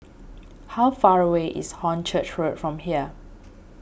how far away is Hornchurch Road from here